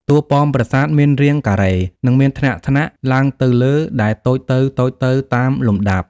តួប៉មប្រាសាទមានរាងការ៉េ និងមានថ្នាក់ៗឡើងទៅលើដែលតូចទៅៗតាមលំដាប់។